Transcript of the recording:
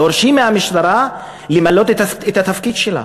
דורשים מהמשטרה למלא את התפקיד שלה